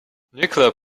nuclear